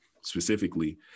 specifically